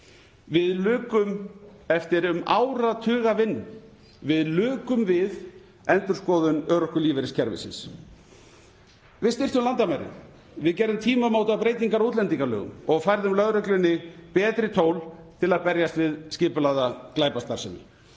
Við lukum eftir um áratugarvinnu við endurskoðun örorkulífeyriskerfisins. Við styrktum landamærum. Við gerðum tímamótabreytingar á útlendingalögum og færðum lögreglunni betri tól til að berjast við skipulagða glæpastarfsemi.